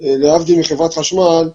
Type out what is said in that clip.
להבדיל מחברת חשמל,